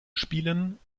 spielen